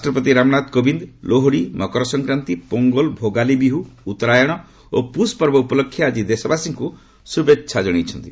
ରାଷ୍ଟ୍ରପତି ରାମନାଥ କୋବିନ୍ଦ୍ ଆଜି ଲୋଡି ମକର ସଂକ୍ରାନ୍ତି ପୋଙ୍ଗଲ୍ ଭୋଗାଲି ବିହୁ ଉତ୍ତରାୟଣ ଓ ପୁଷ୍ ପର୍ବ ଉପଲକ୍ଷେ ଦେଶବାସୀଙ୍କୁ ଶୁଭେଚ୍ଛା ଜଣାଇଛନ୍ତି